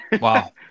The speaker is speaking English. Wow